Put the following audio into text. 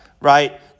right